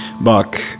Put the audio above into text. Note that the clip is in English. Buck